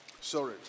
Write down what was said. sorry